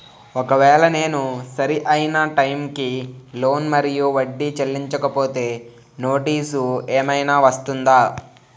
ఒకవేళ నేను సరి అయినా టైం కి లోన్ మరియు వడ్డీ చెల్లించకపోతే నోటీసు ఏమైనా వస్తుందా?